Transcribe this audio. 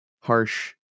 Harsh